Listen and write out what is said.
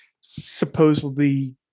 supposedly